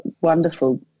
wonderful